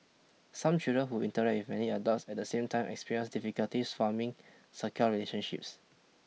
some children who interact with many adults at the same time experience difficulties forming secure relationships